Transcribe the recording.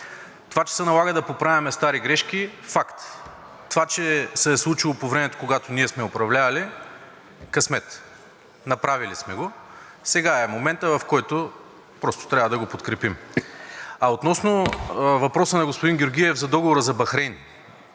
Това, че се налага да поправяме стари грешки – факт. Това, че се е случило по времето, когато ние сме управлявали – късмет. Направили сме го. Сега е моментът , в който просто трябва да го подкрепим. А относно въпроса на господин Георгиев за договора за Бахрейн.